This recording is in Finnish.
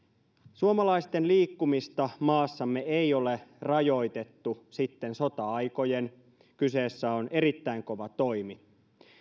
suomalaisten liikkumista maassamme ei ole rajoitettu sitten sota aikojen kyseessä on erittäin kova toimi